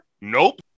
Nope